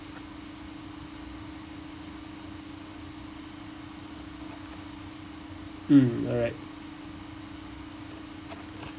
mm alright